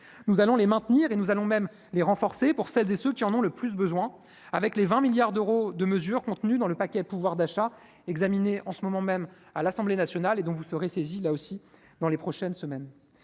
nous allons les maintenir et nous allons même les renforcer pour et ceux qui en ont le plus besoin, avec les 20 milliards d'euros de mesures contenues dans le paquet, le pouvoir d'achat, examiné en ce moment même à l'Assemblée nationale et dont vous serez saisis là aussi dans les prochaines semaines,